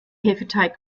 hefeteig